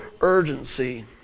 urgency